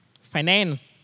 finance